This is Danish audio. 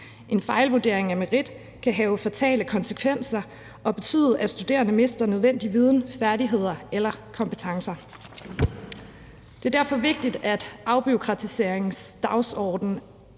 En fejlvurdering af merit kan have fatale konsekvenser og betyde, at studerende mister nødvendig viden, færdigheder eller kompetencer. Det er derfor vigtigt, at man på afbureaukratiseringsdagsordenen